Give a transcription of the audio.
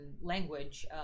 language